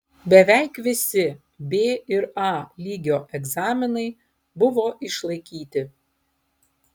beveik visi b ir a lygio egzaminai buvo išlaikyti